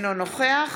אינו נוכח